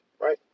right